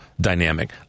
dynamic